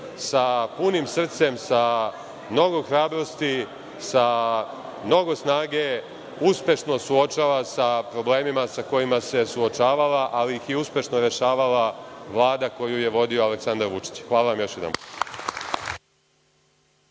sa punim srcem, sa mnogo hrabrosti, sa mnogo snage uspešno suočava sa problemima sa kojima se suočavala, ali ih je uspešno rešavala Vlada koju je vodio Aleksandar Vučić. Hvala vam još jednom.